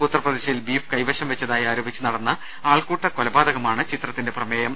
ഉത്തർ പ്രദേശിൽ ബീഫ് കൈവശം വച്ചതായി ആരോപിച്ചു നടന്ന ആൾക്കൂട്ട കൊലപാതകമാണ് ചിത്രത്തിന്റെ പ്രമേയം